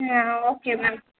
ah okay ma'am